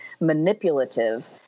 manipulative